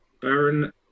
Baron